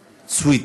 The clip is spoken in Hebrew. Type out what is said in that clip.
סוִיד.